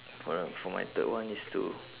for the for my third one is to